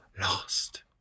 lost